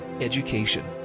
education